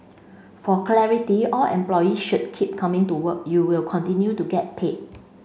for clarity all employee should keep coming to work you will continue to get paid